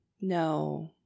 No